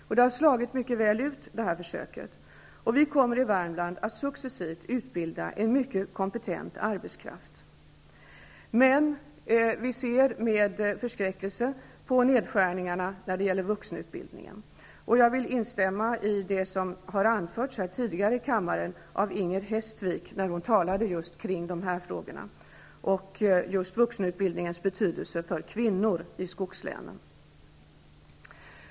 Försöket har slagit mycket väl ut, och vi kommer i Värmland att successivt utbilda en mycket kompetent arbetskraft. Men vi ser med förskräckelse på nedskärningarna inom vuxenutbildningen. Jag instämmer i det som anfördes här tidigare av Inger Hestvik när hon talade om vuxenutbildningen och dess betydelse för kvinnor i skogslänen.